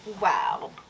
Wow